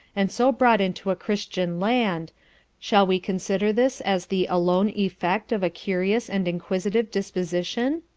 and so brought into a christian land shall we consider this as the alone effect of a curious and inquisitive disposition?